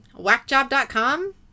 Whackjob.com